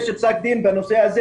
יש פסק דין בנושא הזה.